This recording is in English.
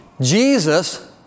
Jesus